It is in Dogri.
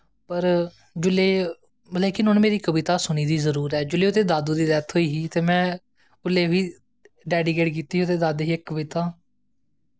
पर जिसलै लेकिन उन्न मेरी कविता सुनी दी जरूर जिसलै ओह्दी दादे दी डैथ होई ही ते में डैडीकेट कीती ही ओह्दे दादे गी इक कविता